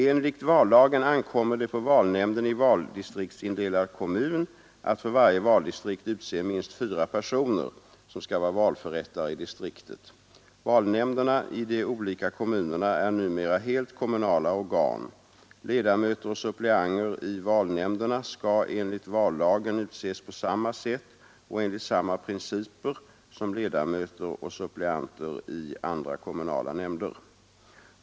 Enligt vallagen ankommer det på valnämnden i valdistriktsindelad kommun att för varje valdistrikt utse minst fyra personer som skall vara valförrättare i distriktet. Valnämnderna i de olika kommunerna är numera helt kommunala organ. Ledamöter och suppleanter i valnämnderna skall enligt vallagen utses på samma sätt och enligt samma principer som ledamöter och suppleanter i andra kommunala nämnder.